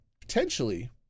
potentially